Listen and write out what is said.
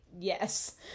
Yes